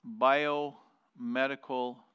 biomedical